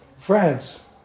France